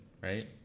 right